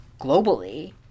globally